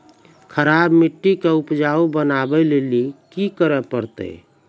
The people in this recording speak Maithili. खराब मिट्टी के उपजाऊ बनावे लेली की करे परतै?